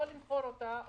או למכור אותה,